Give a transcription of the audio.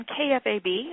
KFAB